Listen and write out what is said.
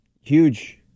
huge